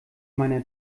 meiner